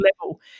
level